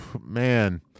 man